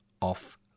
off